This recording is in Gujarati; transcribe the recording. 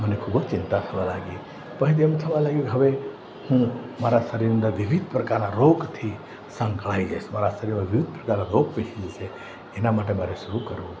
મને ખૂબ જ ચિંતા થવા લાગી પછી એમ થવા લાગ્યું કે હવે હું મારા શરીર અંદર વિવિધ પ્રકારના રોગથી સંકળાઈ જઈશ સ્વાસ્થ્યના વિવિધ પ્રકારના રોગ પેસી જશે એના માટે મારે શું કરવું